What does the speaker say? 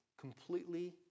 completely